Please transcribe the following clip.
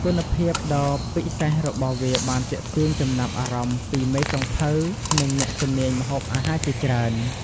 គុណភាពដ៏ពិសេសរបស់វាបានទាក់ទាញចំណាប់អារម្មណ៍ពីមេចុងភៅនិងអ្នកជំនាញម្ហូបអាហារជាច្រើន។